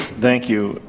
thank you,